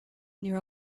near